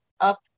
up